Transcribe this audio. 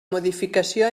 modificació